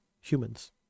humans